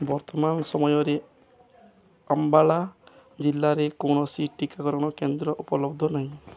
ବର୍ତ୍ତମାନ ସମୟରେ ଅମ୍ବାଲା ଜିଲ୍ଲାରେ କୌଣସି ଟିକାକରଣ କେନ୍ଦ୍ର ଉପଲବ୍ଧ ନାହିଁ